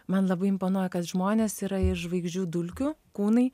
man labai imponuoja kad žmonės yra ir žvaigždžių dulkių kūnai